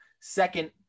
Second